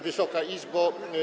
Wysoka Izbo!